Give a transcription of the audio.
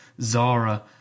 Zara